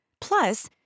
plus